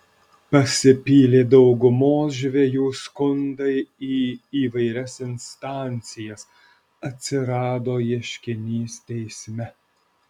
pasipylė daugumos žvejų skundai į įvairias instancijas atsirado ieškinys teisme